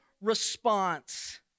response